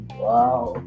Wow